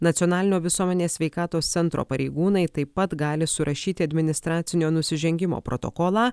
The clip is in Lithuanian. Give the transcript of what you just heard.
nacionalinio visuomenės sveikatos centro pareigūnai taip pat gali surašyti administracinio nusižengimo protokolą